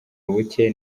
buke